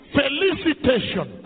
felicitation